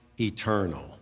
eternal